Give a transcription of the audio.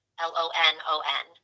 L-O-N-O-N